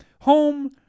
home